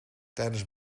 tijdens